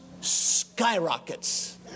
skyrockets